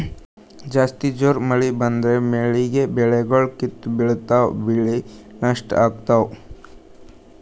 ಜಾಸ್ತಿ ಜೋರ್ ಮಳಿ ಬಂದ್ರ ಮಳೀಗಿ ಬೆಳಿಗೊಳ್ ಕಿತ್ತಿ ಬಿಳ್ತಾವ್ ಬೆಳಿ ನಷ್ಟ್ ಆಗ್ತಾವ್